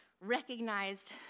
recognized